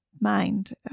mind